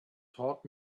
taught